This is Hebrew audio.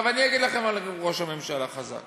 עכשיו, אני אגיד לכם על ראש ממשלה חזק